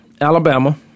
Alabama